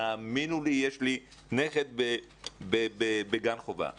תאמינו לי, יש לי נכד בגן חובה במודיעין.